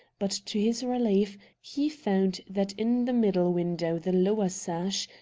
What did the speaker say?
but, to his relief, he found that in the middle window the lower sash,